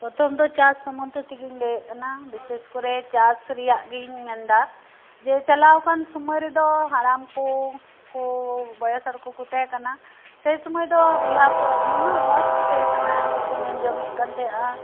ᱯᱨᱚᱛᱷᱚᱢ ᱫᱚ ᱪᱟᱥ ᱥᱚᱢᱚᱫᱷᱮ ᱛᱮᱜᱤᱧ ᱞᱟᱹᱭᱮᱫ ᱠᱟᱱᱟ ᱵᱤᱥᱮᱥ ᱠᱚᱨᱮ ᱪᱟᱥ ᱨᱮᱭᱟᱜ ᱜᱤᱧ ᱢᱮᱱᱫᱟ ᱡᱮ ᱪᱟᱞᱟᱣ ᱟᱠᱟᱱ ᱥᱳᱢᱚᱭ ᱨᱮᱫᱚ ᱦᱟᱲᱟᱢ ᱠᱚ ᱠᱩ ᱵᱚᱭᱮᱥ ᱦᱚᱲ ᱠᱚᱠᱚ ᱛᱟᱦᱮᱸ ᱠᱟᱱᱟ ᱥᱮ ᱥᱳᱢᱚᱭ ᱫᱚ ᱵᱚᱭᱦᱟ ᱠᱚ ᱱᱩᱱᱟᱹᱜ ᱢᱚᱸᱡ ᱠᱚ ᱛᱟᱦᱮᱸ ᱠᱟᱱᱟ ᱡᱮᱠᱚ ᱡᱚᱝ ᱮᱫ ᱛᱟᱦᱮᱸ ᱠᱟᱱᱟ